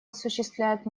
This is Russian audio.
осуществляет